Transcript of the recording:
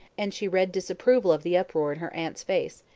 and she read disapproval of the uproar in her aunt's face,